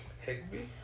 Higby